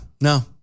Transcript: No